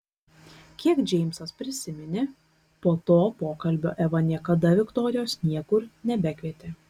kiek džeimsas prisiminė po to pokalbio eva niekada viktorijos niekur nebekvietė